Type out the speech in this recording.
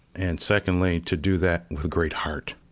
and secondly, to do that with great heart.